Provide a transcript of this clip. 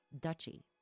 duchy